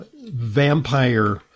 vampire